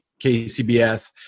KCBS